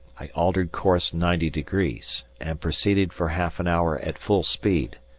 i altered course ninety degrees, and proceeded for half an hour at full speed,